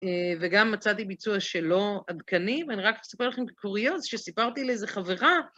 וגם מצאתי ביצוע שלא עדכני, ואני רק אספר לכם קוריוז שסיפרתי לאיזה חברה.